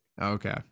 Okay